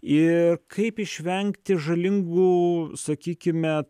ir kaip išvengti žalingų sakykime